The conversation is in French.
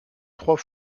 trois